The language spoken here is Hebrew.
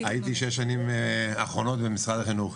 הייתי בשש השנים האחרונות במשרד החינוך.